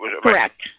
Correct